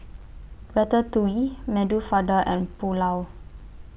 Ratatouille Medu Fada and Pulao